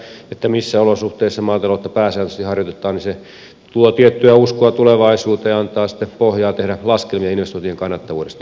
kun tiedetään missä olosuhteissa maataloutta pääsääntöisesti harjoitetaan niin se tuo tiettyä uskoa tulevaisuuteen ja antaa sitten pohjaa tehdä laskelmia investointien kannattavuudesta